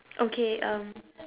okay um